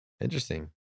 Interesting